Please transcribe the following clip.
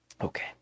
okay